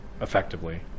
effectively